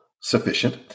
sufficient